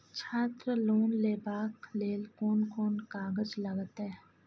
छात्र लोन लेबाक लेल कोन कोन कागज लागतै?